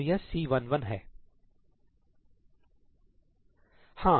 और यह C11 है